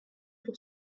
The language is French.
pour